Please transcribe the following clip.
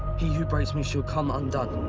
he who breaks me shall come undone.